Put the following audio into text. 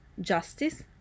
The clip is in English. Justice